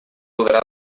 podrà